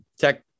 tech